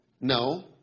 No